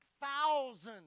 thousands